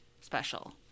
special